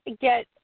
get